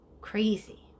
Crazy